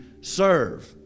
serve